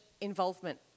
involvement